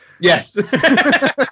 Yes